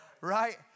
Right